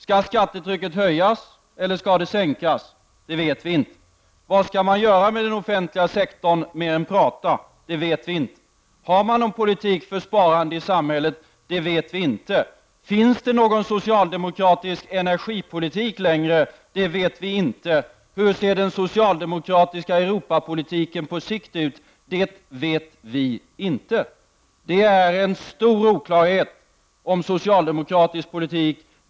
Skall skattetrycket höjas eller skall det sänkas? Det vet vi inte. Vad skall man göra med den offentliga sektorn mer än prata? Det vet vi inte. Har man någon politik för sparande i samhället? Det vet vi inte. Finns det någon socialdemokratisk energipolitik längre? Det vet vi inte. Hur ser den socialdemokratiska Europapolitiken på sikt ut? Det vet vi inte. Det råder stor oklarhet om socialdemokratisk politik.